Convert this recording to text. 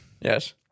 Yes